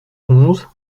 onze